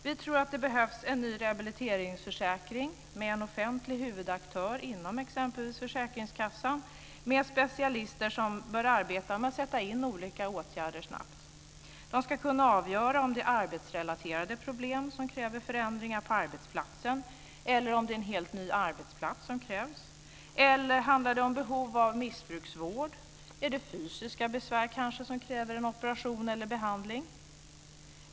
Vi tror att det behövs en ny rehabiliteringsförsäkring med en offentlig huvudaktör inom exempelvis försäkringskassan med specialister som bör arbeta med att sätta in olika åtgärder snabbt. De ska kunna avgöra om det är arbetsrelaterade problem som kräver förändringar på arbetsplatsen eller om det är en helt ny arbetsplats som krävs. Handlar det om behov av missbruksvård? Är det kanske fysiska besvär som kräver en operation eller behandling?